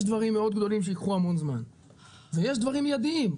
יש דברים מאוד גדולים שייקחו המון זמן ויש דברים מידיים.